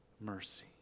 mercy